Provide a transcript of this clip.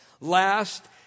Last